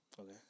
Okay